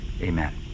amen